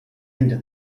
into